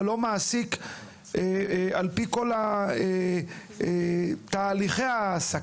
אבל הוא לא מעסיק על פי כל תהליכי ההעסקה.